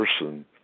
person